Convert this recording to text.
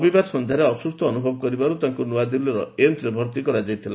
ରବିବାର ସନ୍ଧ୍ୟାରେ ଅସୁସ୍ଥ ଅନୁଭବ କରିବାରୁ ତାଙ୍କୁ ନୂଆଦିଲ୍ଲୀର ଏମ୍ସ୍ରେ ଭର୍ତ୍ତି କରାଯାଇଥିଲା